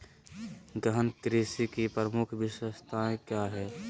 गहन कृषि की प्रमुख विशेषताएं क्या है?